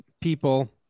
people